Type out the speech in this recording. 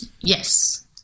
Yes